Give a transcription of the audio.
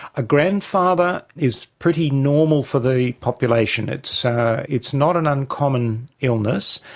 a grandfather is pretty normal for the population. it's it's not an uncommon illness.